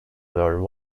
were